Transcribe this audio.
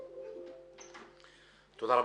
תודה רבה.